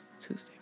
Tuesday